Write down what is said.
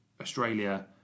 Australia